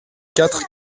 quatre